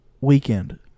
Weekend